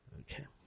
Okay